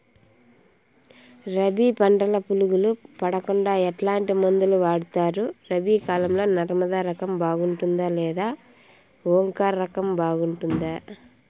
రబి పంటల పులుగులు పడకుండా ఎట్లాంటి మందులు వాడుతారు? రబీ కాలం లో నర్మదా రకం బాగుంటుందా లేదా ఓంకార్ రకం బాగుంటుందా?